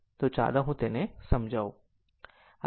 તો ચાલો હું તેને સમજાવું